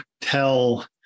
tell